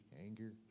anger